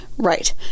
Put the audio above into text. right